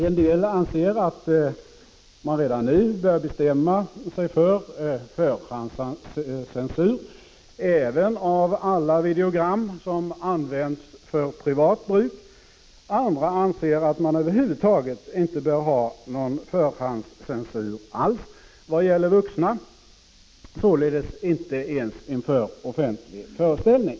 Somliga anser att man redan nu bör bestämma sig för förhandscensur även av alla videogram som används för privat bruk, medan andra anser att man över huvud taget inte bör ha någon förhandscensur av videogram som visas för vuxna, således inte ens av sådana som visas vid offentlig föreställning.